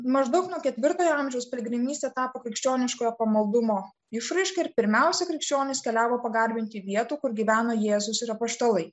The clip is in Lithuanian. maždaug nuo ketvirtojo amžiaus piligrimystė tapo krikščioniškojo pamaldumo išraiška ir pirmiausia krikščionys keliavo pagarbinti vietų kur gyveno jėzus ir apaštalai